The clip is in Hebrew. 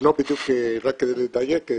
רק כדי לדייק,